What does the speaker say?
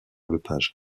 lepage